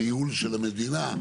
הניהול של המדינה.